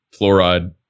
fluoride